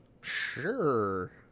Sure